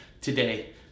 today